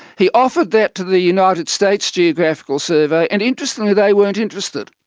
he offered that to the united states geographical survey, and interestingly they weren't interested.